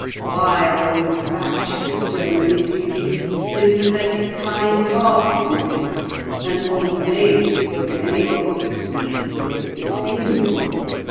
why are old bachelors, generally speaking, sympathetic, kind-hearted men and old maids, so many of them, sweet-looking and amiable?